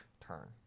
turn